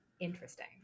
interesting